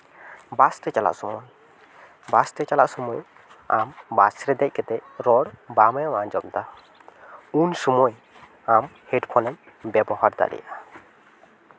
ᱵᱟᱥ ᱛᱮ ᱪᱟᱞᱟᱜ ᱥᱚᱢᱚᱭ ᱵᱟᱥ ᱛᱮ ᱪᱟᱞᱟᱜ ᱥᱚᱢᱚᱭ ᱟᱢ ᱵᱟᱥ ᱨᱮ ᱫᱮᱡ ᱠᱟᱛᱮᱫ ᱨᱚᱲ ᱵᱟᱝ ᱮᱢ ᱟᱸᱡᱚᱢ ᱫᱟ ᱩᱱ ᱥᱚᱢᱚᱭ ᱟᱢ ᱦᱮᱹᱰᱯᱷᱳᱱᱮᱢ ᱵᱮᱵᱚᱦᱟᱨ ᱫᱟᱲᱮᱜᱼᱟ